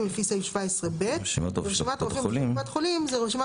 לפי סעיף 17(ב); "רשימת הרופאים של קופת החולים" רשימת